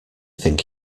think